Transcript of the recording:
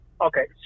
Okay